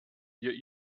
wir